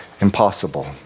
Impossible